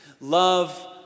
Love